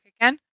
again